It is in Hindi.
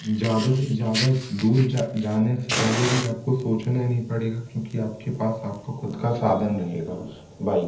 ज़्यादा से ज़्यादा दूर जाने से पहले भी आपको सोचना नई पड़ेगा क्योंकि आपके पास आपका खुद का साधन रहेगा बाइक